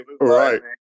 right